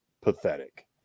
pathetic